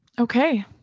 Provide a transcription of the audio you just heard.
Okay